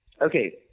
Okay